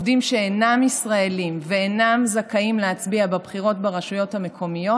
יש עובדים שאינם ישראלים ואינם זכאים להצביע בבחירות לרשויות המקומיות,